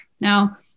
Now